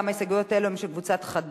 גם ההסתייגויות האלה הן של קבוצת חד"ש,